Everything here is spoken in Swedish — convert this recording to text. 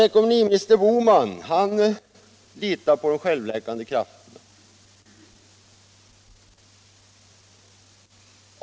Ekonomiminister Bohman litar på de självläkande krafterna.